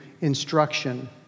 instruction